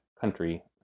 country